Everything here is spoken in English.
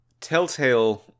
Telltale